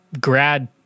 grad